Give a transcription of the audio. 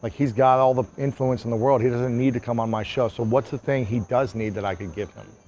like he's got all the influence in the world, he doesn't need to come on my show. so, what's the thing he does need, that i could give him,